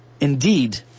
indeed